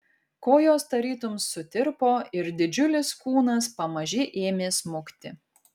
kojos tarytum sutirpo ir didžiulis kūnas pamaži ėmė smukti